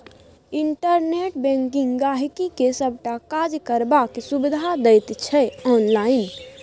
internet banking गांहिकी के सबटा काज करबाक सुविधा दैत छै आनलाइन